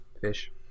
fish